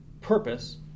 purpose